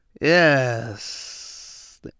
yes